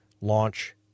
launch